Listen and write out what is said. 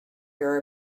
your